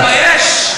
תתבייש.